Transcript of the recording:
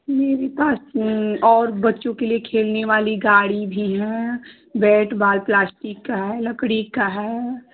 मेरे पास और बच्चों के लिए खेलने वाली गाड़ी भी है बैट बाल प्लाश्टिक का है लकड़ी का है